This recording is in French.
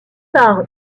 par